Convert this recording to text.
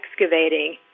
excavating